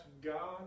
God